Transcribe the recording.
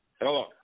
Hello